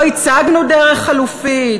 לא הצגנו דרך חלופית?